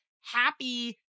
happy